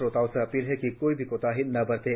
श्रोताओं से अपील है कि कोई भी कोताही न बरतें